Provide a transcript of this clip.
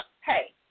hey